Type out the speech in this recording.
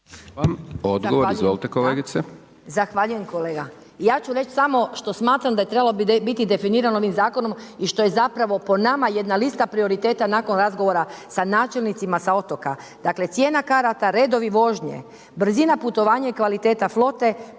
Hvala vam, odgovor izvolite kolegice.